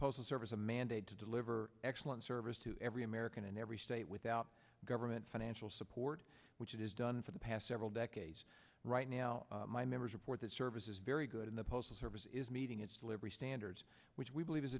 postal service a mandate to deliver excellent service to every american in every state without government financial support which it has done for the past several decades right now my members report that service is very good in the postal service is meeting its delivery standards which we believe is